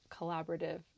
collaborative